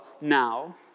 now